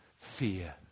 fear